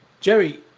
Jerry